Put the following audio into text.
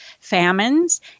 famines